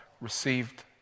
received